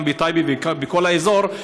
בטייבה ובכל האזור,